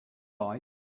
like